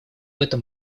этом